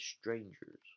strangers